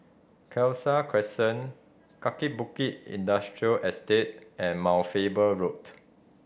Khalsa Crescent Kaki Bukit Industrial Estate and Mount Faber Road